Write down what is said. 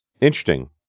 Interesting